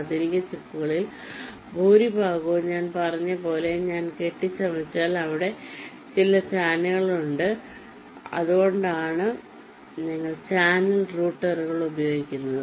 ആധുനിക ചിപ്പുകളിൽ ഭൂരിഭാഗവും ഞാൻ പറഞ്ഞതുപോലെ ഞാൻ കെട്ടിച്ചമച്ചാൽ അവിടെ ഞങ്ങൾക്ക് ചാനലുകളുണ്ട് അതുകൊണ്ടാണ് ഞങ്ങൾ ചാനൽ റൂട്ടറുകൾ ഉപയോഗിക്കുന്നത്